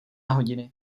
hodiny